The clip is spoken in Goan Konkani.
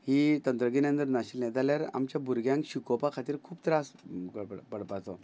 ही तंत्रगिन्याय जर नाशिल्लें जाल्यार आमच्या भुरग्यांक शिकोवपा खातीर खूब त्रास पडपाचो